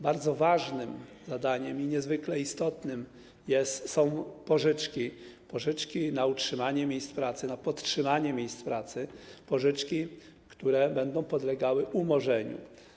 Bardzo ważnym zadaniem i niezwykle istotnym są pożyczki na utrzymanie miejsc pracy, na podtrzymanie miejsc pracy, pożyczki, które będą podlegały umorzeniu.